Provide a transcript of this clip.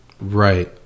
Right